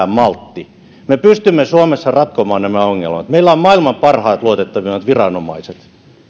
pitää maltti me pystymme suomessa ratkomaan nämä ongelmat meillä on maailman parhaat luotettavimmat viranomaiset